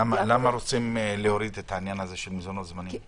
למה רוצים להוריד את העניין של המזונות הזמניים?